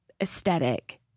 aesthetic